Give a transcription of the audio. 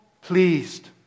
pleased